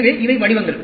எனவே இவை வடிவங்கள்